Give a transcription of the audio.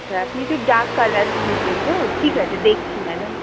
আচ্ছা আপনি একটু ডার্ক কালার খুঁজছেন তো ঠিক আছে দেখছি ম্যাডাম